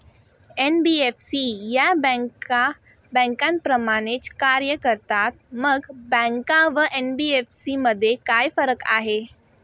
NBFC या बँकांप्रमाणेच कार्य करतात, मग बँका व एन.बी.एफ.सी मध्ये काय फरक आहे?